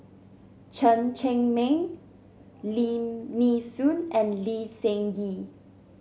Chen Cheng Mei Lim Nee Soon and Lee Seng Gee